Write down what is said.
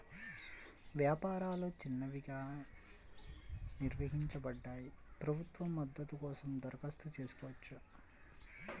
వ్యాపారాలు చిన్నవిగా నిర్వచించబడ్డాయి, ప్రభుత్వ మద్దతు కోసం దరఖాస్తు చేసుకోవచ్చు